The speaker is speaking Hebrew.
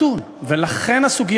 ולשרוד